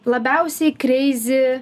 labiausiai kreizi